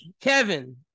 Kevin